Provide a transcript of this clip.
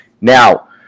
Now